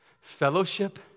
Fellowship